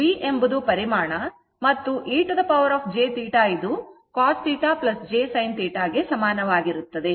V ಎಂಬುದು ಪರಿಮಾಣ ಮತ್ತು e jθ ಅದು cos θ j sin θ ಗೆ ಸಮಾನವಾಗಿರುತ್ತದೆ